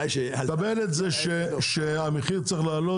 אני מקבל את זה שהמחיר צריך לעלות